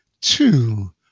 two